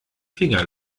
finger